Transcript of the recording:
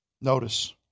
Notice